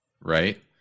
right